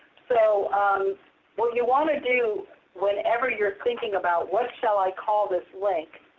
so what you want to do whenever you're thinking about what shall i call this link,